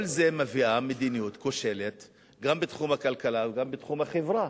כל זה מביאה מדיניות כושלת גם בתחום הכלכלה וגם בתחום החברה.